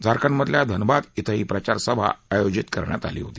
झारखंडमधल्या धनबाद इथं ही प्रचारसभा आयोजित करण्यात आली होती